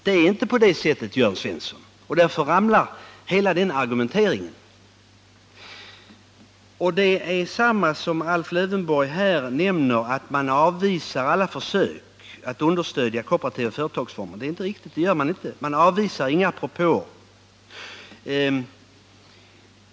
Det är inte på det sättet, Jörn Svensson, och därför ramlar hela den argumenteringen. Också Alf Lövenborg påstår att utskottet avvisar alla försök att understödja kooperativa företagsformer. Men det är inte riktigt. Man avvisar inga propåer i det avseendet.